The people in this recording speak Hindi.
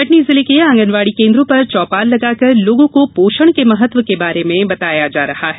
कटनी जिले के आंगनवाड़ी केन्द्रों पर चौपाल लगाकर लोगों को पोषण के महत्व के बारे में बताया जा रहा है